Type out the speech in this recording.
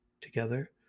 Together